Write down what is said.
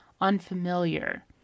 unfamiliar